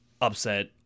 upset